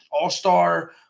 all-star